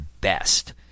best